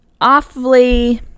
awfully